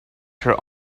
her